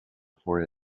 for